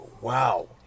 Wow